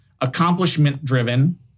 accomplishment-driven